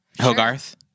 Hogarth